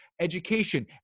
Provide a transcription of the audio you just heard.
education